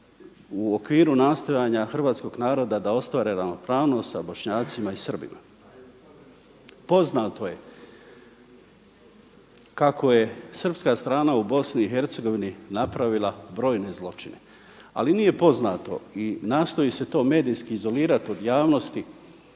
u okviru nastojanja hrvatskog naroda da ostvari ravnopravnost sa Bošnjacima i Srbima. Poznato je kako je srpska strana u Bosni i Hercegovini napravila brojne zločine, ali nije poznato i nastoji se to medijski izolirati od javnosti